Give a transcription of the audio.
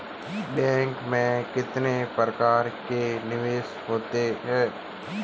Bank में कितने प्रकार के निवेश होते हैं?